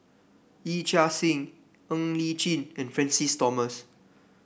Yee Chia Hsing Ng Li Chin and Francis Thomas